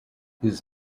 his